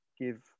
give